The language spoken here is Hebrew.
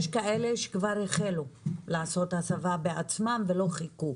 יש כאלה שכבר החלו לעשות הסבה בעצמם ולא חיכו.